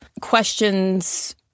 questions